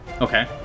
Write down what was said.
Okay